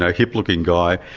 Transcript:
ah hip-looking guy.